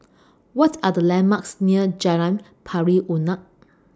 What Are The landmarks near Jalan Pari Unak